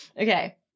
Okay